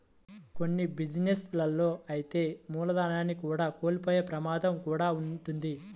కొన్ని బిజినెస్ లలో అయితే మూలధనాన్ని కూడా కోల్పోయే ప్రమాదం కూడా వుంటది